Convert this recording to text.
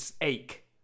ache